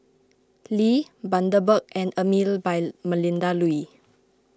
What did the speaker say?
Lee Bundaberg and Emel by Melinda Looi